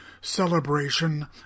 celebration